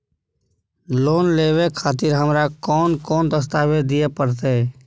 Loan लेवे खातिर हमरा कोन कौन दस्तावेज दिय परतै?